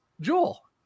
Joel